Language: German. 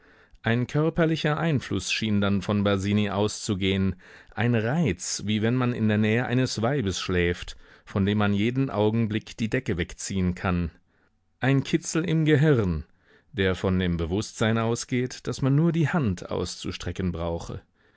ein körperlicher einfluß schien dann von basini auszugehen ein reiz wie wenn man in der nähe eines weibes schläft von dem man jeden augenblick die decke wegziehen kann ein kitzel im gehirn der von dem bewußtsein ausgeht daß man nur die hand auszustrecken brauche